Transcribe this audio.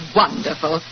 wonderful